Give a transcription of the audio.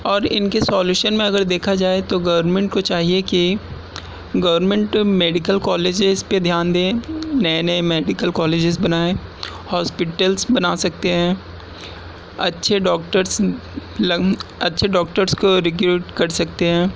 اور ان کے سالوشن میں اگر دیکھا جائے تو گورنمنٹ کو چاہئے کہ گورنمنٹ میڈیکل کالجز پہ دھیان دیں نئے نئے میڈیکل کالجز بنائیں ہاسپیٹل بنا سکتے ہیں اچھے ڈاکٹرس اچھے ڈاکٹرس کو ریکروٹ کر سکتے ہیں